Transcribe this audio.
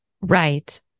Right